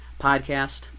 podcast